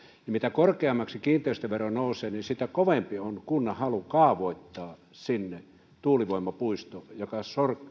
mutta mitä korkeammaksi kiinteistövero nousee niin sitä kovempi on kunnan halu kaavoittaa sinne tuulivoimapuisto joka